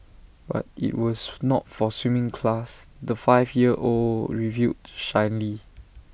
but IT was not for A swimming class the five year old revealed shyly